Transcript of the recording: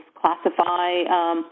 classify